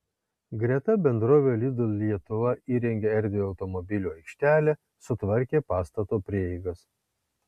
greta bendrovė lidl lietuva įrengė erdvią automobilių aikštelę sutvarkė pastato prieigas